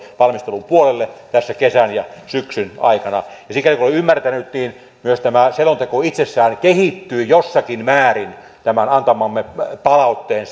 valmistelun puolelle tässä kesän ja syksyn aikana ja sikäli kuin olen ymmärtänyt niin myös tämä selonteko itsessään kehittyi jossakin määrin tämän antamamme palautteen